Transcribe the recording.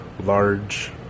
large